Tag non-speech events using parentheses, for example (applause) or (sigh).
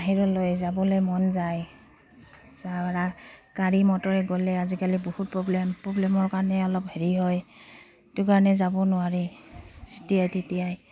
বাহিৰলৈ যাবলৈ মন যায় (unintelligible) গাড়ী মটৰে গ'লে আজিকালি বহুত প্ৰব্লেম প্ৰব্লেমৰ কাৰণে অলপ হেৰি হয় সেইটো কাৰণে যাব নোৱাৰি যেতিয়াই তেতিয়াই